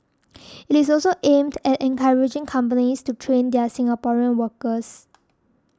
it is also aimed at encouraging companies to train their Singaporean workers